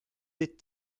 des